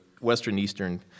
Western-Eastern